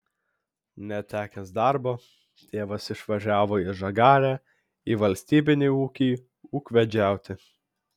netekęs darbo tėvas išvažiavo į žagarę į valstybinį ūkį ūkvedžiauti